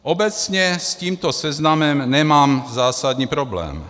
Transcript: Obecně s tímto seznamem nemám zásadní problém.